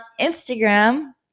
instagram